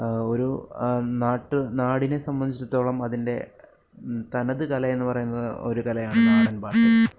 ഒരു നാട്ട് നാടിനെ സംബന്ധിച്ചിടത്തോളം അതിൻ്റെ തനത് കല എന്നു പറയുന്നത് ഒരു കലയാണ് നാടൻപാട്ട്